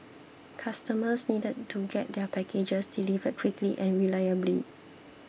customers needed to get their packages delivered quickly and reliably